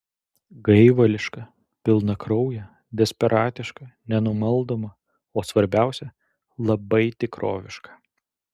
gaivališką pilnakrauję desperatišką nenumaldomą o svarbiausia labai tikrovišką